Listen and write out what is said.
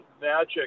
magic